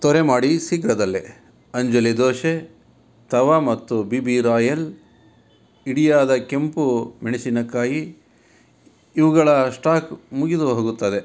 ತ್ವರೆ ಮಾಡಿ ಶೀಘ್ರದಲ್ಲೇ ಅಂಜಲಿ ದೋಸೆ ತವೆ ಮತ್ತು ಬಿ ಬಿ ರಾಯಲ್ ಇಡಿಯಾದ ಕೆಂಪು ಮೆಣಸಿನಕಾಯಿ ಇವುಗಳ ಶ್ಟಾಕ್ ಮುಗಿದುಹೋಗುತ್ತದೆ